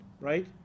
right